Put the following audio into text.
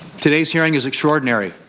today's hearing is extraordinary.